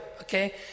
okay